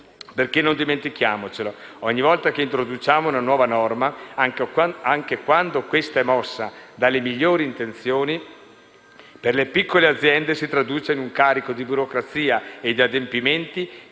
Non dimentichiamolo, ogni volta che introduciamo una nuova norma, anche quando questa è mossa dalle migliori intenzioni, per le piccole aziende si traduce in un carico di burocrazia e di adempimenti